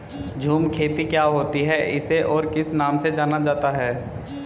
झूम खेती क्या होती है इसे और किस नाम से जाना जाता है?